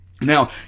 Now